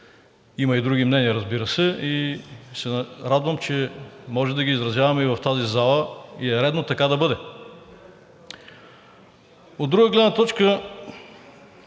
има и други мнения, разбира се, и се радвам, че можем да ги изразяваме в тази зала и е редно да бъде така. От друга гледна точка,